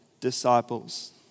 disciples